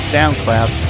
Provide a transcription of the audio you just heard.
SoundCloud